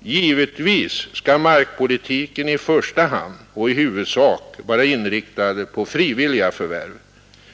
Givetvis skall markpolitiken i första hand och i huvudsak vara inriktad på frivilliga förvärv.